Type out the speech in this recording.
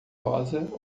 rosa